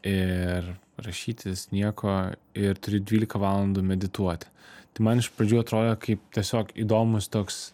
ir rašytis nieko ir turi dvylika valandų medituot tai man iš pradžių atrodė kaip tiesiog įdomus toks